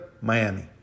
Miami